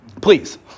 Please